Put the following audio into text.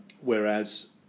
Whereas